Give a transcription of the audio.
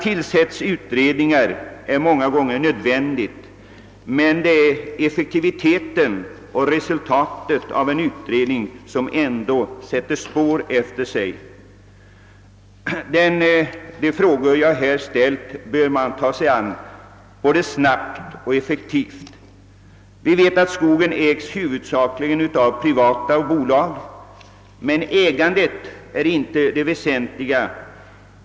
Många gånger är det givetvis nödvändigt att tillsätta en utredning, men det är ju ändå resultaten av utredningens arbete som sätter spår efter sig, och de frågor jag aktualiserat bör utredningen ta sig an snabbt och effektivt. Vi vet att skogen huvudsakligen äges av privata bolag, men vem som äger den är inte det väsentliga.